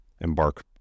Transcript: embark